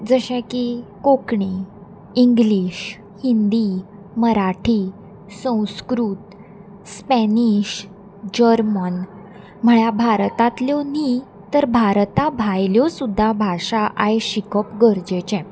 जशें की Konkani English Hindi Marathi Sanskrit Spanish German म्हळ्यार भारतांतल्यो न्ही तर भारता भायल्यो सुद्दा भाशा आयज शिकप गरजेचें